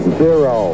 zero